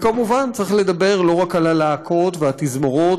וכמובן צריך לדבר לא רק על הלהקות והתזמורות,